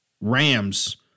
Rams